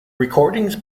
recordings